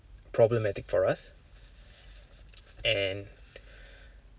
problematic for us and